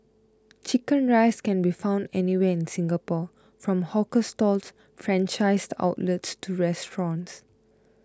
Chicken Rice can be found anywhere in Singapore from hawker stalls franchised outlets to restaurants